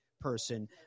person